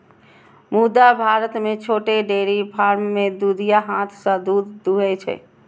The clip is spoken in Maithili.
मुदा भारत मे छोट डेयरी फार्म मे दुधिया हाथ सं दूध दुहै छै